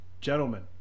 Gentlemen